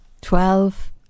Twelve